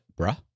bruh